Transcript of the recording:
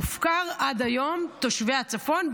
הופקרו עד היום תושבי הצפון,